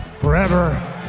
forever